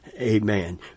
Amen